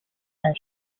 and